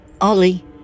Ollie